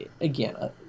again